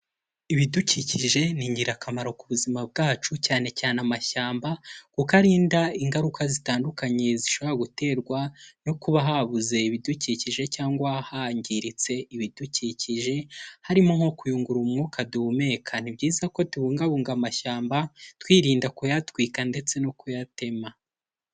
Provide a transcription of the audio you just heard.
Ibidukikije ni ingirakamaro ku buzima bwacu cyane cyane amashyamba kuko arinda ingaruka zitandukanye zishobora guterwa no kuba habuze ibidukikije cyangwa hangiritse ibidukikije, harimo nko kuyungurura umwuka duhumeka, ni byiza ko tubungabunga amashyamba, twirinda kuyatwika ndetse no kuyatema.